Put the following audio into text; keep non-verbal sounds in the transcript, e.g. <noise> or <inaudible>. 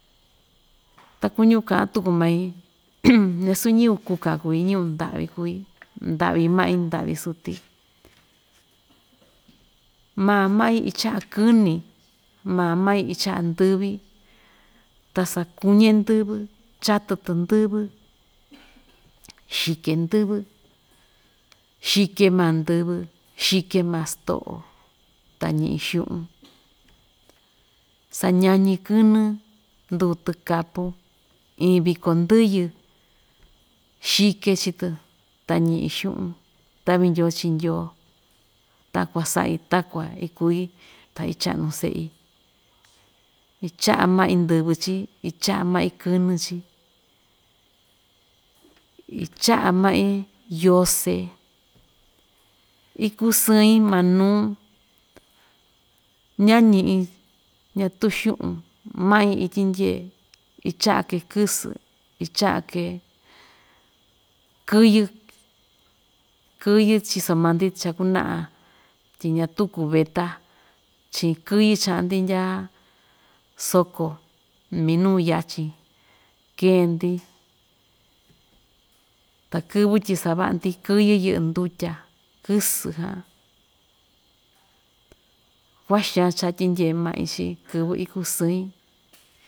Ta kuñu ka'an tuku mai <noise> ñasuu ñɨvɨ kuka kui ñɨvɨ nda'vi kui nda'vi ma'i nda'vi suti, maa ma'i icha'a kɨni maa ma'i icha'a ndɨvi ta sakuñe ndɨvɨ, chatɨ‑tɨ ndɨ́vɨ xike ndɨ́vɨ, xike maa ndɨvɨ xike maa sto'o ta ñi'i xu'un saña‑ñi kɨnɨ, ndutɨ katun iin viko ndɨyɨ xike chii‑tɨ ta ñi'i xu'un ta'vi ndyoo chi ndyoo, takua sa'i takua ikuí ta icha'nu se'i, icha'a ma'i ndɨvɨ chií icha'a ma'i kɨnɨ chií icha'a ma'i yosé ikusɨ‑in manuu ña‑ñi'in ñatu xu'un ma'i ityindye icha'a‑ke kɨsɨ, icha'a‑ke kɨyɨ, kɨyɨ chiso maa‑ndi chakuna'a tyi ñatuu kuveta chi'in kɨyɨ cha'a‑ndi ndya soko minuu yachin keen‑ndi ta kɨ́vɨ tyi sava'a‑ndi kɨ́yɨ yɨ'ɨ ndutya, kɨsɨ jan, kuaxaan cha‑tyindye ma'i chi kɨvɨ ikusɨ‑in.